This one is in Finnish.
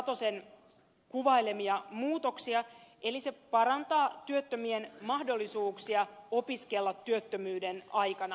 satosen kuvailemia muutoksia eli parantaa työttömien mahdollisuuksia opiskella työttömyyden aikana